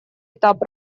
этап